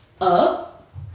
up